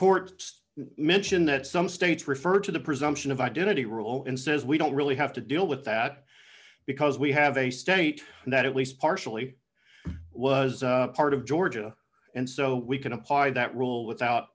courts mention that some states referred to the presumption of identity rule and says we don't really have to deal with that because we have a state that at least partially was part of georgia and so we can apply that rule without